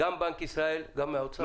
גם מבנק ישראל וגם מהאוצר.